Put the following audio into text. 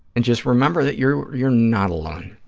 and just remember that you're you're not alone.